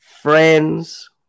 friends